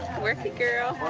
work it girl!